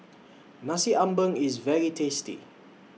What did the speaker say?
Nasi Ambeng IS very tasty